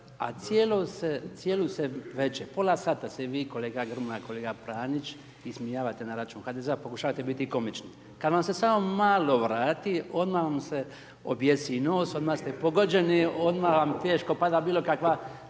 a cijelu se večer, pola sata se vi i kolega Grmoja, kolega Pranjić ismijavate na račun HDZ-a. Pokušavate biti komični. Kada vam se samo malo vrati, odmah vam se objesi nos, odmah ste pogođeni, odmah vam teško pada bilo kakva